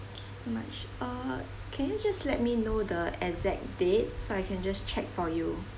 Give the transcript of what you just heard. march uh can you just let me know the exact date so I can just check for you